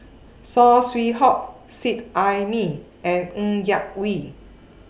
Saw Swee Hock Seet Ai Mee and Ng Yak Whee